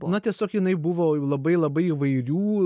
na tiesiog jinai buvo labai labai įvairių